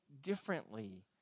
differently